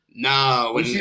No